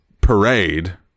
parade